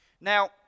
Now